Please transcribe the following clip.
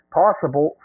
possible